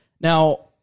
Now